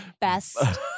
Best